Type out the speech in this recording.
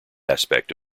aspect